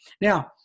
Now